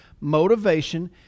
motivation